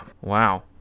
Wow